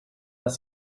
essa